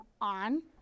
on